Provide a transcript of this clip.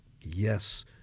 yes